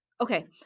Okay